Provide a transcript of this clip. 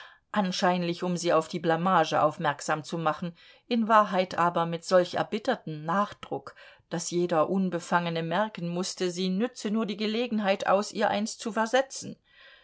anscheinlich um sie auf die blamage aufmerksam zu machen in wahrheit aber mit solch erbittertem nachdruck daß jeder unbefangene merken mußte sie nütze nur die gelegenheit aus ihr eins zu versetzen